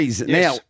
Now